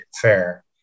fair